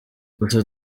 gusa